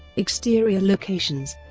exterior locations